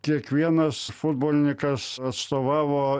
kiekvienas futbolininkas atstovavo